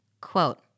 Quote